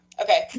Okay